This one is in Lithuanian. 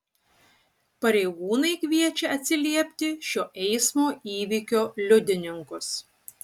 pareigūnai kviečia atsiliepti šio eismo įvykio liudininkus